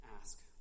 ask